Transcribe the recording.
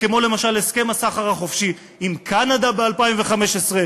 כמו למשל הסכם הסחר החופשי עם קנדה ב-2015,